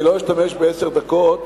אני לא אשתמש בעשר דקות,